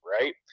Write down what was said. right